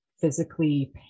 physically